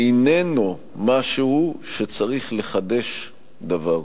איננו משהו שצריך לחדש דבר.